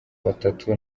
batatu